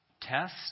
test